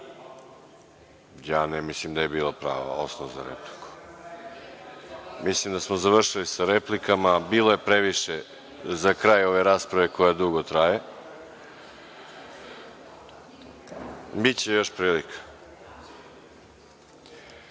puta.)Ne mislim da ima osnova za repliku. Mislim da smo završili sa replikama. Bilo je previše za kraj ove rasprave, koja dugo traje. Biće još prilika. Pošto